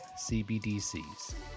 CBDCs